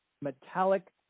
metallic